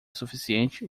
suficiente